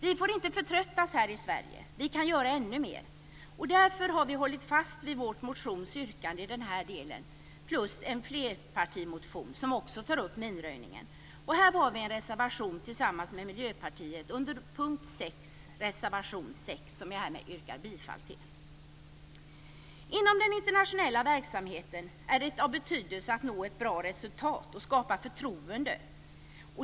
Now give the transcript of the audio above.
Vi får inte förtröttas här i Sverige. Vi kan göra ännu mer. Därför har vi hållit fast vid vårt motionsyrkande i den här delen, plus en flerpartimotion som också tar upp minröjningen. Här har vi en reservation tillsammans med Miljöpartiet under punkt 6, reservation 6, som jag härmed yrkar bifall till. Inom den internationella verksamheten är det av betydelse att nå ett bra resultat och skapa förtroende.